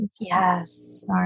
Yes